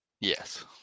Yes